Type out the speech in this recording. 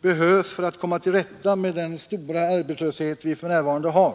behövs för att komma till rätta med den stora arbetslöshet som vi för närvarande har.